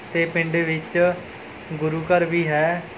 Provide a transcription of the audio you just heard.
ਅਤੇ ਪਿੰਡ ਵਿੱਚ ਗੁਰੂ ਘਰ ਵੀ ਹੈ